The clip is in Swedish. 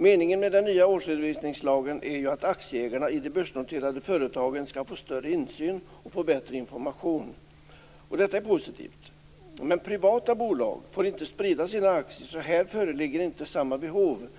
Meningen med den nya årsredovisningslagen är att aktieägarna i de börsnoterade företagen skall få större insyn och bättre information. Det är positivt. Men privata bolag får inte sprida sina aktier. Därför föreligger inte samma behov för dem.